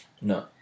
no